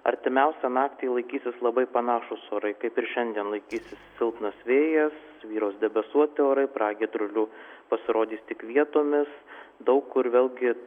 artimiausią naktį laikysis labai panašūs orai kaip ir šiandien laikysis silpnas vėjas vyraus debesuoti orai pragiedrulių pasirodys tik vietomis daug kur vėlgi